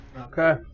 Okay